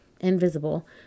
invisible